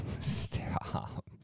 Stop